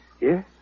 Yes